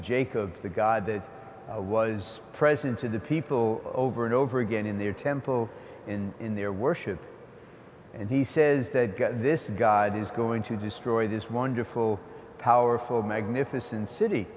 jacob the god that was present to the people over and over again in their temple in in their worship and he says that this god is going to destroy this wonderful powerful magnificent city